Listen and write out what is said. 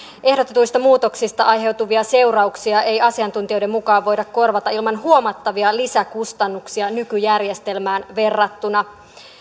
ehdotetuista muutoksista aiheutuvia seurauksia ei asiantuntijoiden mukaan voida korvata ilman huomattavia lisäkustannuksia nykyjärjestelmään verrattuna